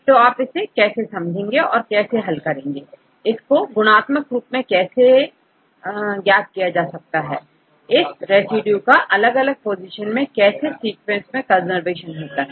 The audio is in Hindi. तो आप इसे कैसे समझेंगे और कैसे हल करेंगे इसको गुणात्मक रूप से कैसे ज्ञात किया जा सकता है इस रेसिड्यू का अलग अलग पोजीशन में कैसे सीक्वेंस में कंजर्वेशन होता है